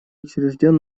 учрежден